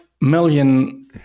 million